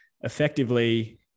effectively